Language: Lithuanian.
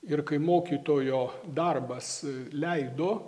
ir kai mokytojo darbas leido